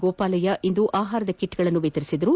ಗೋಪಾಲಯ್ತ ಇಂದು ಆಹಾರದ ಕಿಟ್ಗಳನ್ನು ವಿತರಿಸಿದರು